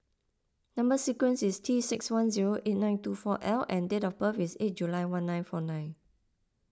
Number Sequence is T six one zero eight nine two four L and date of birth is eight July one nine four nine